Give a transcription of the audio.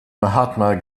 mahatma